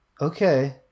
Okay